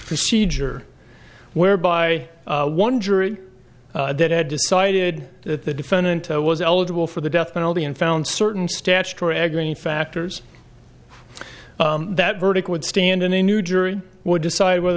procedure whereby one jury that had decided that the defendant was eligible for the death penalty and found certain statutory aggravating factors that verdict would stand in a new jury would decide whether